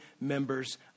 members